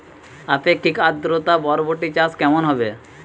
আপেক্ষিক আদ্রতা বরবটি চাষ কেমন হবে?